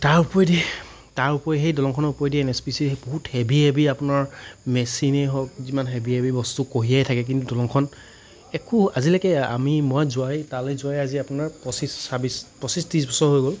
তাৰ ওপৰেদি তাৰ ওপৰেৰে সেই দলঙখনৰ ওপৰেদি এন এছ পি চি ৰ বহুত হেভি হেভি আপোনাৰ মেচিনেই হওক ইমান হেভি হেভি বস্তু কঢ়িয়াইয়ে থাকে কিন্তু দলংখন একো আজিলৈকে আমি মই যোৱায়েই তালৈ যোৱায়েই আজি আপোনাৰ পঁচিছ ছাব্বিছ পঁচিছ ত্ৰিছ বছৰ হৈ গ'ল